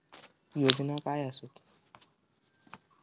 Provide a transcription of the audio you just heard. योजना काय आसत?